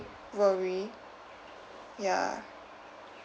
worry ya